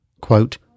Quote